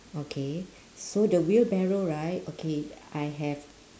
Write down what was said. okay so the wheelbarrow right okay I have